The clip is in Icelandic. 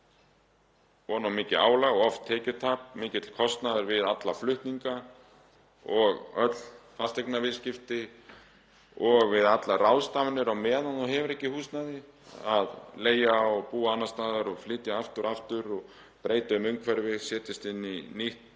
vonum mikið álag og oft tekjutap, mikill kostnaður við alla flutninga og öll fasteignaviðskipti og allar ráðstafanir á meðan þú hefur ekki húsnæði, þarft að leigja og búa annars staðar og flytja aftur og aftur og breyta um umhverfi, fara inn í nýtt